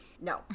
no